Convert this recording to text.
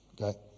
Okay